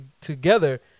together